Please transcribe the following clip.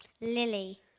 Lily